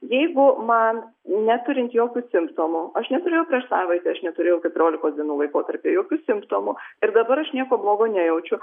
jeigu man neturint jokių simptomų aš neturėjau prieš savaitę aš neturėjau keturiolikos dienų laikotarpy jokių simptomų ir dabar aš nieko blogo nejaučiu